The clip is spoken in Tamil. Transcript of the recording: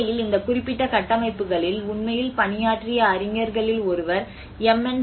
உண்மையில் இந்த குறிப்பிட்ட கட்டமைப்புகளில் உண்மையில் பணியாற்றிய அறிஞர்களில் ஒருவர் எம்